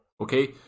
Okay